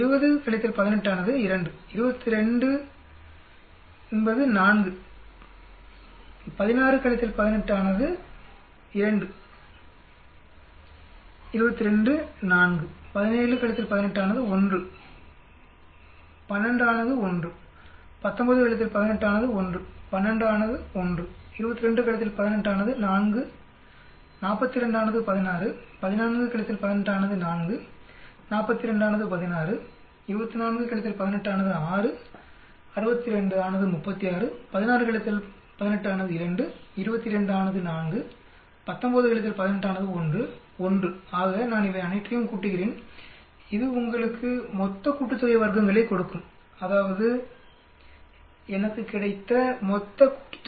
20 - 18 ஆனது 2 22 is 4 16 18 ஆனது 2 22 4 17 - 18 ஆனது 1 12 ஆனது 1 19 - 18 ஆனது 1 12 ஆனது 1 22 - 18 ஆனது 4 42 ஆனது 16 14 18 ஆனது 4 42 ஆனது 16 24 18 ஆனது 6 62 ஆனது 36 16 18 ஆனது 2 22 ஆனது 4 19 18 ஆனது 1 1 ஆக நான் இவை அனைற்றையும் கூட்டுகிறேன் இது உங்களுக்குக் வர்க்கங்களின் மொத்த கூட்டுத்தொகையைக் கொடுக்கும் அதாவது எனக்கு கிடைத்த வர்க்கங்களின் மொத்த கூட்டுத்தொகை